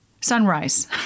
Sunrise